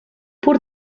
pur